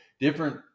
Different